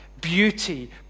beauty